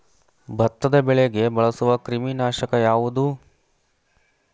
ಭತ್ತದ ಬೆಳೆಗೆ ಬಳಸುವ ಕ್ರಿಮಿ ನಾಶಕ ಯಾವುದು?